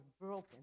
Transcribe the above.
broken